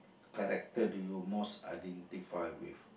character do you most identify with